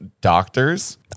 doctors